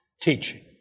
teaching